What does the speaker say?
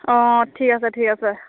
অঁ ঠিক আছে ঠিক আছে